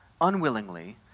unwillingly